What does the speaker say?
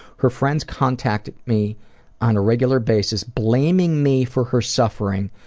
her friends contact me on a regular basis blaming me for her suffering,